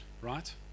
right